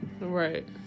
Right